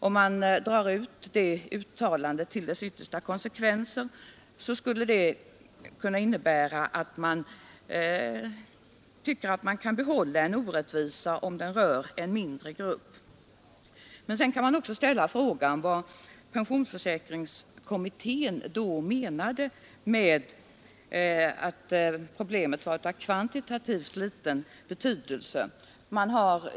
Om man drar ut det uttalandet till dess yttersta konsekvenser skulle det kunna innebära att en orättvisa kan behållas om den rör en mindre grupp. Sedan kan man också fråga sig vad pensionsförsäkringskommittén menar med att problemet kvantitativt har liten betydelse.